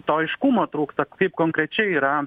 to aiškumo trūksta kaip konkrečiai yra